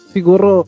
Siguro